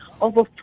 over